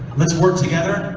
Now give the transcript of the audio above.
let's work together?